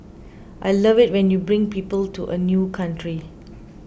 I love it when you bring people to a new country